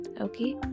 Okay